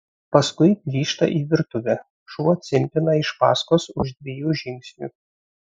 paskui grįžta į virtuvę šuo cimpina iš paskos už dviejų žingsnių